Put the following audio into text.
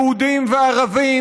יהודים וערבים,